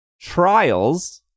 Trials